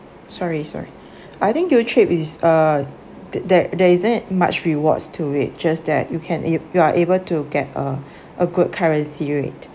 sorry sorry I think utrip is uh th~ there there isn't much rewards to wages that you can if you are able to get a a good currency rate